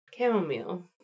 Chamomile